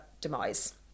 demise